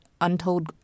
untold